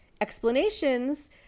explanations